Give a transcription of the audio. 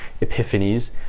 epiphanies